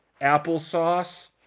applesauce